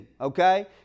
okay